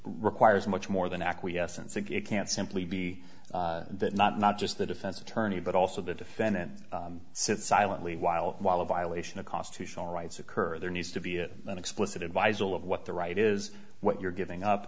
requires much more than acquiescence if you can't simply be that not not just the defense attorney but also the defendant sit silently while while a violation of constitutional rights occur there needs to be an explicit advise all of what the right is what you're giving up